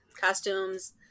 costumes